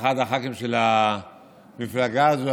כאחד החכ"ים של המפלגה הזו,